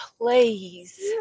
please